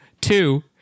Two